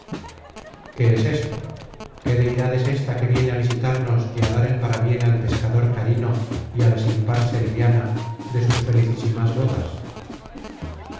qué es esto qué deidad es ésta que viene a visitarnos y á dar el parabien al pescador carino y á la sin par selviana de sus felicísimas bodas